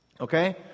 Okay